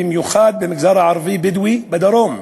במיוחד למגזר הערבי-בדואי בדרום,